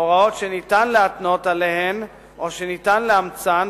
הוראות שניתן להתנות עליהן או שניתן לאמצן,